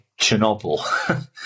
Chernobyl